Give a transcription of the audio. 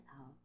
out